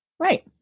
Right